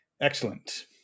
Excellent